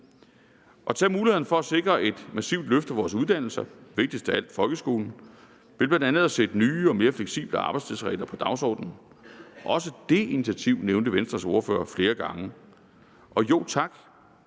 tage mulighederne for at sikre et massivt løft af vores uddannelser, vigtigst af alt folkeskolen, ved bl.a. at sætte nye og mere fleksible arbejdstidsregler på dagsordenen. Også det initiativ nævnte Venstres ordfører flere gange. Jo tak,